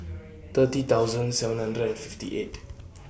thirty thousand seven hundred and fifty eight